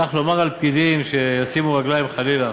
כך לומר על פקידים, שישימו רגליים, חלילה.